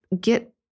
get